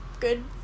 good